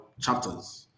chapters